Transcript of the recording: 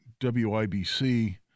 WIBC